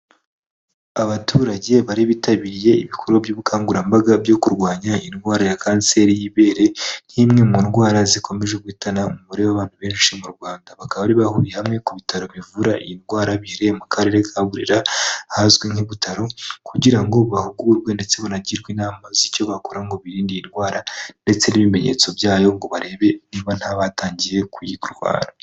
Abaturage bari bitabiriye ibikorwa by'ubukangurambaga byo kurwanya indwara ya kanseri y'ibere, nk'imwe mu ndwara zikomeje guhitana umubare w'abantu benshi mu Rwanda, bakaba bari bahuriye hamwe ku bitaro bivura iyi ndwara biri mu karere ka Burera ahazwi nk' i Butaro kugira ngo bahugurwe, ndetse banagirwe inama z'icyo bakora ngo birinde indwara ndetse n'ibimenyetso byayo ngo barebe niba nta batangiye kuyirwara.